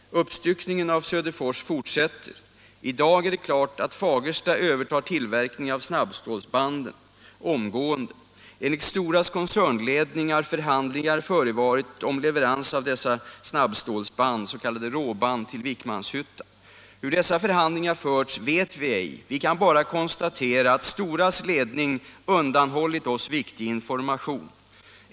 I dag är det klart att Fagersta övertar tillverkningen av snabbstålsbanden omgående. Hur dessa förhandlingar förts vet vi ej, vi kan bara konstatera att STO RA:s ledning undanhållit oss viktig information.